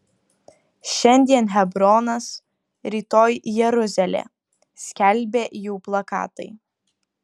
šiandien hebronas rytoj jeruzalė skelbė jų plakatai